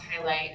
highlight